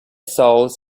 souls